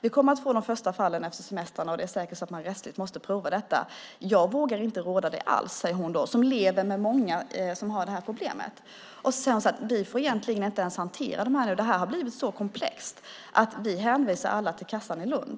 Man kommer att få de första fallen efter semestrarna, och det är säkert så att man rättsligt måste pröva detta. Hon säger att hon inte vågar råda mig alls, och hon lever med många som har detta problem. Hon säger att man egentligen inte ens får hantera detta. Detta har blivit så komplext att man hänvisar alla till a-kassan i Lund.